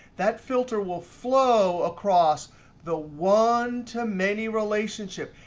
that filter will flow across the one-to-many relationship,